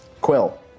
Quill